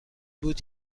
بود